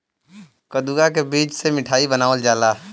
कदुआ के बीज से मिठाई बनावल जाला